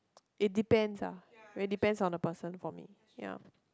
it depends ah it depends on the person for me ya